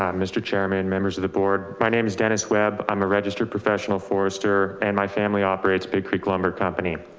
um mr. chairman and members of the board. my name is dennis webb. i'm a registered professional forester and my family operates big creek lumber company.